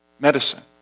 medicine